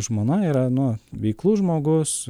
žmona yra nu veiklus žmogus